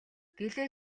гэлээ